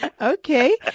Okay